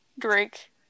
Drake